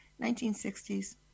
1960s